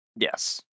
Yes